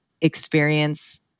experience